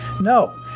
No